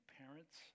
parents